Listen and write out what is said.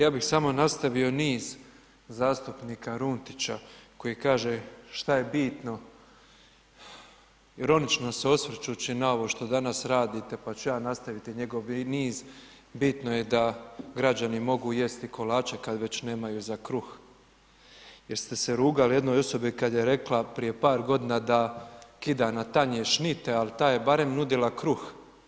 Ja bi samo nastavio niz zastupnika Runtića, koji kaže, šta je bitno, ironično se osvrćući na ovo što danas radite, pa ću ja nastaviti njegov niz, bitno je da građani mogu jesti kolače kada već nemaju za kruh, jer ste se rugali jednoj osobi, kada je rekla, prije par godina, da kida na tanje šnite, ali ta je barem nudila kruh.